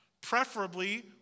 preferably